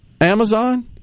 Amazon